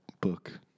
book